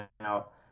out